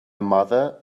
mother